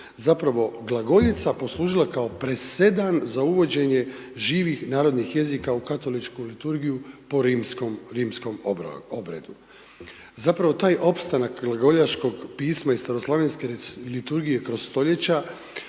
zapravo glagoljica poslužila kao presedan za uvođenje živih narodnih jezika u katoličku liturgiju po rimskom obredu. Zapravo taj opstanak glagoljaškog pisma i staroslavenske liturgije kroz stoljeća